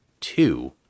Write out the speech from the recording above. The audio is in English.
two